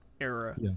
era